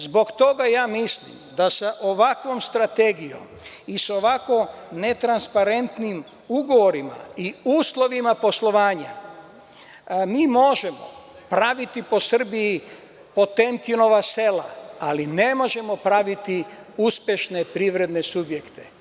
Zbog toga mislim da sa ovakvom strategijom i sa ovako netransparentnim ugovorima i uslovima poslovanja možemo praviti po Srbiji potemkinova sela, ali ne možemo praviti uspešne privredne subjekte.